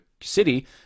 city